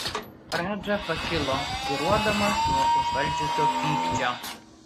radža pakilo svyruodamas nuo užvaldžiusio pykčio